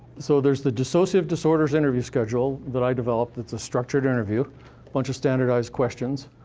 so there's the dissociative disorders interview schedule that i developed, that's a structured interview a bunch of standardized questions.